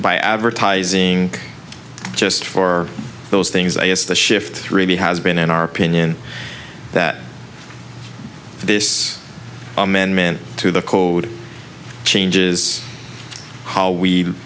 by advertising just for those things as the shift three b has been in our opinion that this amendment to the code changes how